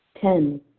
Ten